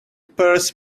purse